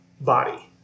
body